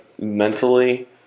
mentally